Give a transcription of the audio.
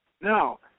Now